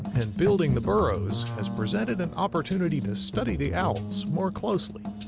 and building the burrows has presented an opportunity to study the owls more closely.